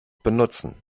benutzen